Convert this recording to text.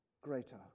greater